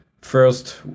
first